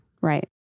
Right